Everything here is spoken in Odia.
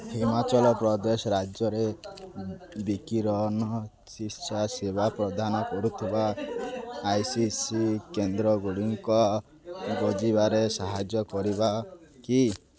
ହିମାଚଳପ୍ରଦେଶ ରାଜ୍ୟରେ ବିକିରଣ ଚିକିତ୍ସା ସେବା ପ୍ରଦାନ କରୁଥିବା ଆଇ ସି ସି କେନ୍ଦ୍ରଗୁଡ଼ିକ ଖୋଜିବାରେ ସାହାଯ୍ୟ କରିବ କି